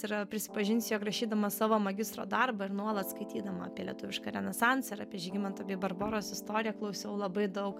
yra prisipažinsiu jog rašydama savo magistro darbą ir nuolat skaitydama apie lietuvišką renesansą ir apie žygimanto bei barboros istoriją klausiau labai daug